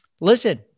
Listen